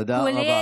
תודה רבה.